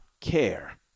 care